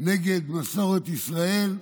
נגד מסורת ישראל,